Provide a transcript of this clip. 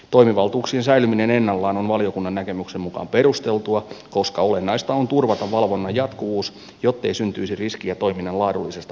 toimivaltuuksien säilyminen ennallaan on valiokunnan näkemyksen mukaan perusteltua koska olennaista on turvata valvonnan jatkuvuus jottei syntyisi riskiä toiminnan laadullisesta heikkenemisestä